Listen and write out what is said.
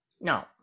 No